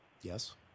yes